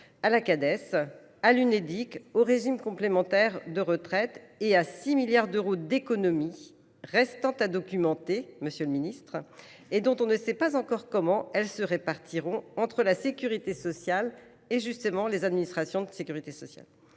de la Cades, de l’Unédic et des régimes complémentaires de retraite et à 6 milliards d’euros d’économies restant à documenter, monsieur le ministre, dont on ne sait pas encore comment elles se répartiront entre la sécurité sociale au sens strict et les autres administrations de sécurité sociale.